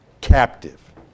captive